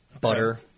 butter